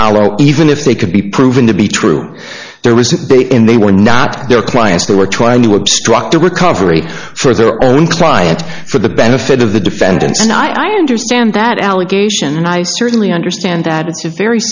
hollow even if they could be proven to be true there was a bit in they were not their clients they were trying to obstruct the recovery for their own clients for the benefit of the defendants and i understand that allegation and i certainly understand that it's a very